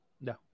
No